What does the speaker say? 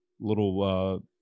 little